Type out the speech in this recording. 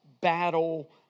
battle